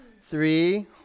three